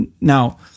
Now